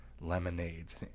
lemonades